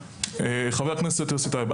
חבר הכנסת יוסי טייב,